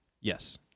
Yes